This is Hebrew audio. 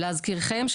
להזכירכם,